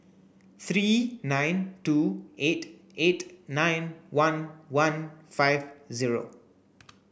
three nine two eight eight nine one one five zero